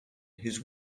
his